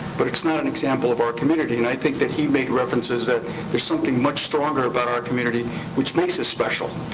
but it's not an example of our community, and i think that he made references that there's something much stronger about our community which makes us special.